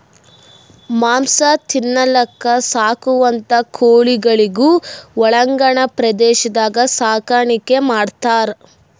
ಮಾಂಸ ತಿನಲಕ್ಕ್ ಸಾಕುವಂಥಾ ಕೋಳಿಗೊಳಿಗ್ ಒಳಾಂಗಣ ಪ್ರದೇಶದಾಗ್ ಸಾಕಾಣಿಕೆ ಮಾಡ್ತಾರ್